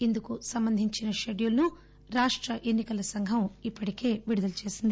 ఇందుకు సంబంధించిన పెడ్యూలును రాష్ల ఎన్ని కలసంఘం ఇప్పటికే విడుదలచేసింది